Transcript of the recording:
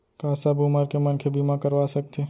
का सब उमर के मनखे बीमा करवा सकथे?